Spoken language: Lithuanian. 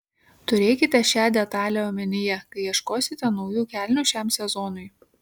turėkite šią detalę omenyje kai ieškosite naujų kelnių šiam sezonui